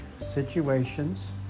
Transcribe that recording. situations